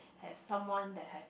has someone that have